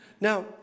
Now